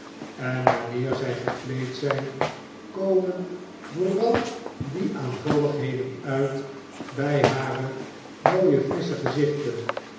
en wanneer zjj gekleed zp komen vooral die aanvalligheden uit by hare mooie frissche gezichten